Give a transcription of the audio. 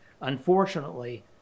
Unfortunately